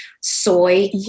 soy